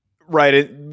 Right